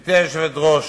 גברתי היושבת-ראש,